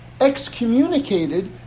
excommunicated